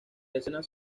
escenas